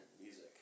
music